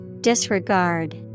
Disregard